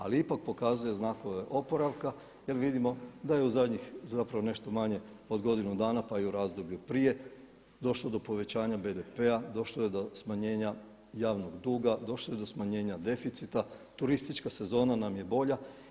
Ali ipak pokazuje znakove oporavka, jer vidimo da je u zadnjih zapravo nešto manje od godinu dana, pa i u razdoblju prije došlo do povećanja BDP-a, došlo je do smanjenja javnog duga, došlo je do smanjenja deficita, turistička sezona nam je bolja.